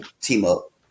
team-up